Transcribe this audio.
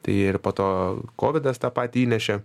tai ir po to kovidas ta pati įnešė